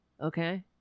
Okay